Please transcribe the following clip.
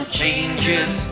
changes